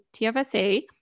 TFSA